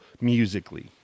musically